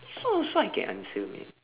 this one also I can answer man